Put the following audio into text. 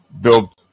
build